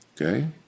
okay